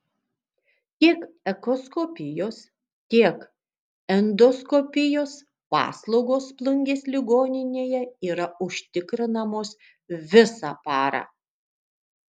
tiek echoskopijos tiek endoskopijos paslaugos plungės ligoninėje yra užtikrinamos visą parą